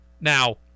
Now